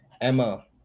emma